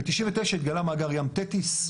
ב-1999 התגלה מאגר ים טתיס,